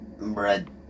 Bread